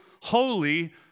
holy